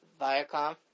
Viacom